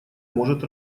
может